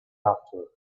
after